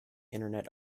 internet